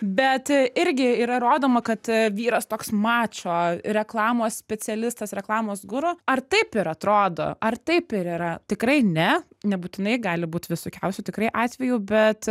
bet irgi yra rodoma kad vyras toks mačo reklamos specialistas reklamos guru ar taip ir atrodo ar taip ir yra tikrai ne nebūtinai gali būti visokiausių tikrai atvejų bet